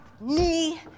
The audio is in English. knee